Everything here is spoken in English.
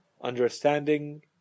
understanding